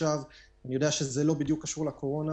אני יודע שזה לא בדיוק קשור לקורונה